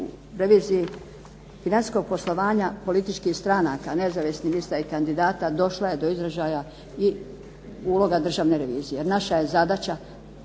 u reviziji financijskog poslovanja političkih stranaka, nezavisnih lista i kandidata došla je do izražaja i uloga državne revizije. Naša je zadaća